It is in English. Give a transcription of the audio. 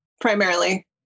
Primarily